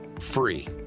free